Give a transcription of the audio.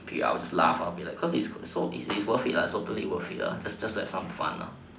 I'll just laugh I will be like because it it is worth it what totally worth it what just have some fun